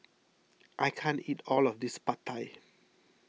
I can't eat all of this Pad Thai